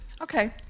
okay